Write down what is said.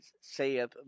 saith